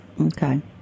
Okay